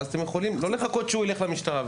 ואז אתם יכולים לא לחכות שהוא ילך למשטרה.